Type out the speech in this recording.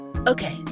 Okay